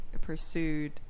pursued